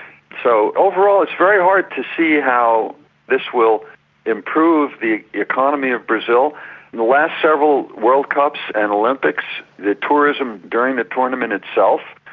so overall it's very hard to see how this will improve the economy of brazil. in the last several world cups and olympics, the tourism during the tournament itself,